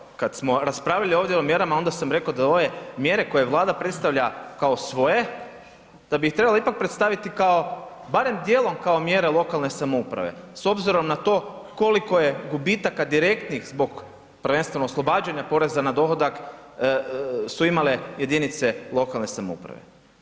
Pa evo, kad smo raspravljali ovdje o mjerama onda sam rekao da ove mjere koje Vlada predstavlja koje svoje da bi ih trebala ipak predstaviti kao, barem dijelom kao mjere lokalne samouprave s obzirom na to koliko je gubitka direktnih zbog prvenstveno oslobađanja poreza na dohodak su imale jedinice lokalne samouprave.